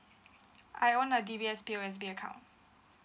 I own a D_B_S P_O_S_B account